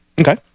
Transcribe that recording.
Okay